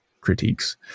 critiques